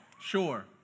Sure